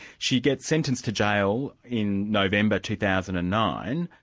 she gets sentenced to jail in november, two thousand and nine,